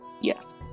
Yes